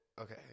Okay